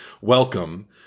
welcome